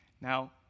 Now